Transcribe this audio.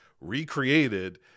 recreated